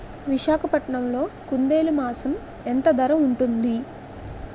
విశాఖపట్నంలో కుందేలు మాంసం ఎంత ధర ఉంటుంది?